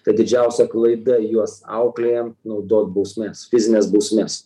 tai didžiausia klaida juos auklėjant naudot bausmes fizines bausmes